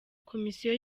komisiyo